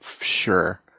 sure